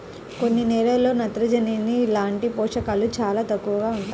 కొన్ని నేలల్లో నత్రజని లాంటి పోషకాలు చాలా తక్కువగా ఉంటాయి